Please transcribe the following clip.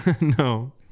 No